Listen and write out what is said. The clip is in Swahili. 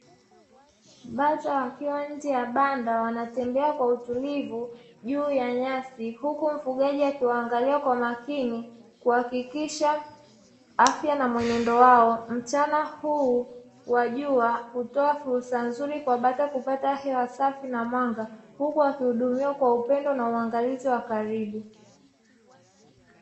Bata wakiwa nje ya banda wanatembea kwa utulivu juu ya nyasi, huku mfugaji akiwaangalia kwa makini kuhakikisha afya na mwenendo wao. Mchana huu wa jua hutoa fursa nzuri kwa bata kupata hewa safi na mwanga, huku wakihudumiwa kwa upendo na uangalizi wa karibu.